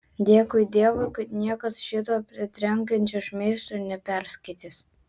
dėkui dievui kad niekas šito pritrenkiančio šmeižto neperskaitys